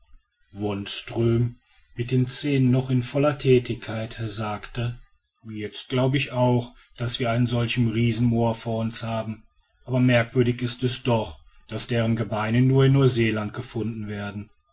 wonström mit den zähnen noch in voller thätigkeit sagte jetzt glaube ich auch daß wir einen solchen riesen moa vor uns haben aber merkwürdig ist es doch daß deren gebeine nur in neuseeland gefunden werden